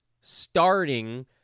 starting